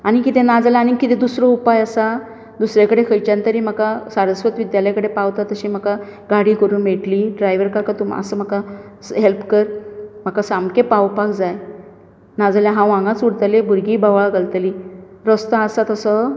आनी कितें ना जाल्या आनी कितें दुसरो उपाय आसा दुसरे कडेन खंयच्यान तरी म्हाका सारस्वत विद्यालय कडेन पावता तशी म्हाका गाडी करूंक मेळटली ड्रायवर काका तूं मात्सो म्हाका स हॅल्प कर म्हाका सामके पावपाक जाय नाजाल्यार हांव हांगाच उरतले भुरगीं बोवाळ घालतली रस्तो आसा तसो